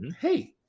hey